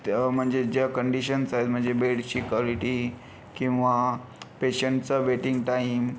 त्या म्हणजे ज्या कंडीशन्स आहेत म्हणजे बेडची कॉलिटी किंवा पेशंचा वेटिंग टाईम